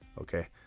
Okay